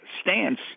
stance